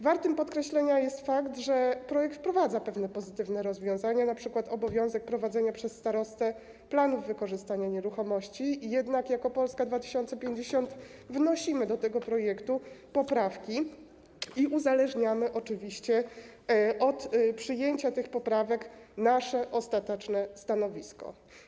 Warty podkreślenia jest fakt, że w projekcie wprowadza się pewne pozytywne rozwiązania, np. obowiązek sporządzania przez starostę planów wykorzystania nieruchomości, jednak jako Polska 2050 wnosimy do tego projektu poprawki i oczywiście od przyjęcia tych poprawek uzależniamy nasze ostateczne stanowisko.